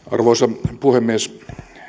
arvoisa puhemies